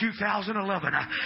2011